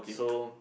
so